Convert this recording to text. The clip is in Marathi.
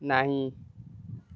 नाही